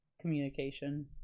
communication